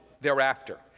thereafter